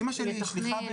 אימא שלי היא שליחה במרסיי,